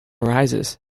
arises